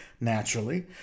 naturally